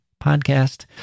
podcast